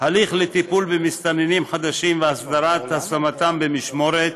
הליך לטיפול במסתננים חדשים והסדרת השמתם במשמורת,